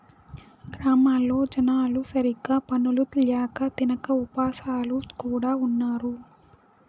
గ్రామాల్లో జనాలు సరిగ్గా పనులు ల్యాక తినక ఉపాసాలు కూడా ఉన్నారు